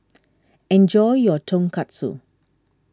enjoy your Tonkatsu